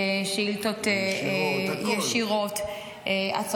שאילתות ישירות -- ישירות, הכול.